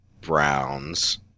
Browns